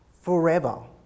forever